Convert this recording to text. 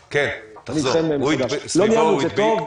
כן, תחזור: "סביבו הוא הדביק".